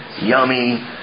yummy